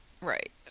right